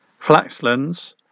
Flaxlands